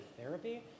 therapy